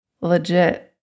legit